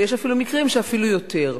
ויש מקרים שאפילו יותר.